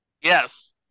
Yes